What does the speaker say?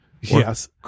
yes